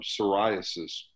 psoriasis